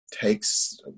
takes